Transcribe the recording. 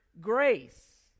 grace